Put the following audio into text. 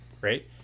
right